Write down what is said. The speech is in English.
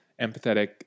empathetic